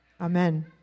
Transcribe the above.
Amen